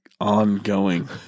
ongoing